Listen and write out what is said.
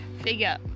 figure